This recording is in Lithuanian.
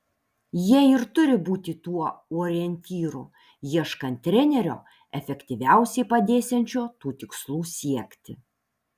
jie ir turi būti tuo orientyru ieškant trenerio efektyviausiai padėsiančio tų tikslų siekti